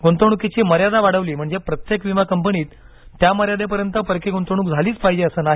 गुंतवणुकीची मर्यादा वाढवली म्हणजे प्रत्येक विमा कंपनीत त्या मर्यादेपर्यंत परकी गुंतवणूक झालीच पाहिजे असे नाही